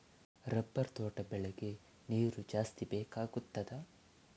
Rubber ತೋಟ ಬೆಳೆಗೆ ನೀರು ಜಾಸ್ತಿ ಬೇಕಾಗುತ್ತದಾ?